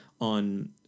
on